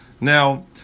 Now